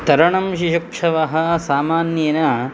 तरणं हि युक्षवः सामान्येन